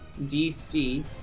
DC